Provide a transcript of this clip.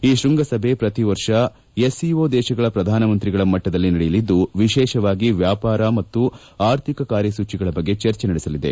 ಈ ಶ್ಬಂಗ ಸಭೆ ಪ್ರತಿ ವರ್ಷ ಎಸ್ಸಿಒ ದೇಶಗಳ ಪ್ರಧಾನಮಂತ್ರಿಗಳ ಮಟ್ಗದಲ್ಲಿ ನಡೆಯಲಿದ್ದು ವಿಶೇಷವಾಗಿ ವ್ಯಾಪಾರ ಹಾಗೂ ಆರ್ಥಿಕ ಕಾರ್ಯಸೂಚಿಗಳ ಬಗ್ಗೆ ಚರ್ಚೆ ನಡೆಸಲಿದೆ